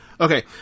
Okay